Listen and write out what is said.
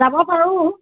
যাব পাৰোঁ